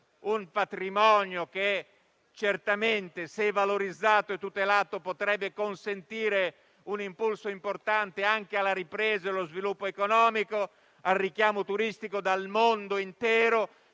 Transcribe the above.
Un patrimonio che, certamente se valorizzato e tutelato, potrebbe consentire un impulso importante anche alla ripresa e allo sviluppo economico, al richiamo turistico dal mondo intero